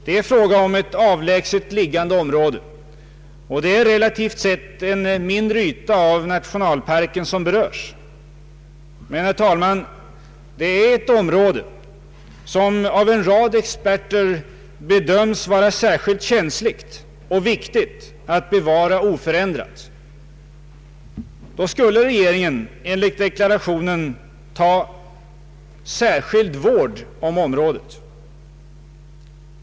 Det är fråga om ett avlägset liggande område, och det är relativt sett en mindre yta av nationalparken som berörs. Men, herr talman, det gäller ett område, som av en rad experter har bedömts vara särskilt känsligt och viktigt att bevara oförändrat. Då skulle regeringen enligt deklarationen ta särskild vård om området.